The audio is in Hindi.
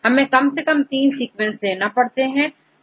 हमें कम से कम तीन सीक्वेंसेस की जरूरत होगी